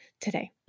today